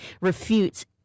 refutes